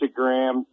Instagram